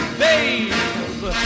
babe